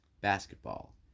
basketball